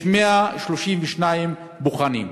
יש רק 132 בוחנים.